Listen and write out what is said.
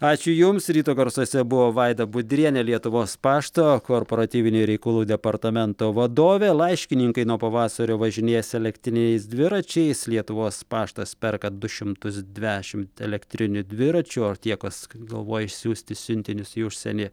ačiū jums ryto garsuose buvo vaida budrienė lietuvos pašto korporatyvinių reikalų departamento vadovė laiškininkai nuo pavasario važinės elektriniais dviračiais lietuvos paštas perka du šimtus dvešimt elektrinių dviračių o tie kas galvoja išsiųsti siuntinius į užsienį